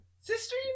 Sister